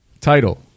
Title